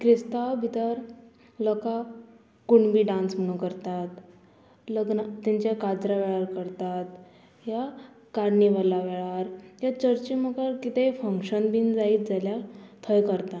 क्रिस्ताव भितर लोकां कुणबी डांस म्हणू करतात लग्ना तेंच्या काजर वेळार करतात या कार्निवाला वेळार ह्या चर्ची मुखार कितेंय फंक्शन बीन जायत जाल्यार थंय करता